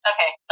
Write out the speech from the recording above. Okay